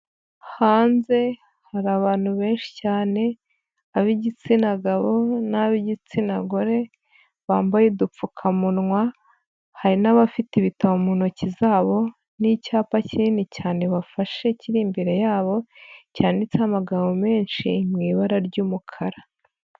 Hanze hari abantu benshi cyane ab'igitsina gabo n'ab'igitsina gore bambaye udupfukamunwa hari n'abafite ibitabo mu ntoki zabo n'icyapa kinini cyane bafashe kiri imbere yabo cyanditse amagambo menshi mu ibara ry'umukara.